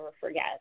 forget